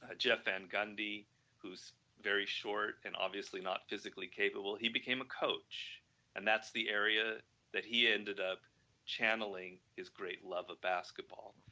ah jeff and gundy who is very short and obviously not physically capable, he became a coach and that's the area that he ended up channeling his great love of basketball,